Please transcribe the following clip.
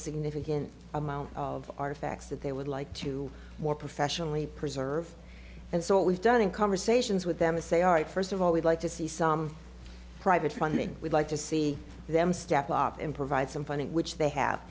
significant amount of artifacts that they would like to more professionally preserve and so what we've done in conversations with them is say all right first of all we'd like to see some private funding we'd like to see them step up and provide some funding which they have